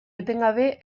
etengabe